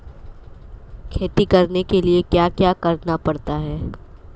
खेती करने के लिए क्या क्या करना पड़ता है?